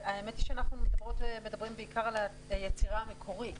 האמת היא שאנחנו מדברות ומדברים בעיקר על היצירה המקורית.